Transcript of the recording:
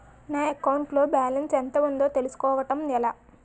నా అకౌంట్ లో బాలన్స్ ఎంత ఉందో తెలుసుకోవటం ఎలా?